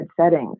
settings